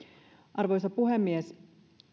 arvoisa puhemies